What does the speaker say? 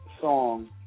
song